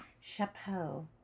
Chapeau